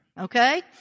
Okay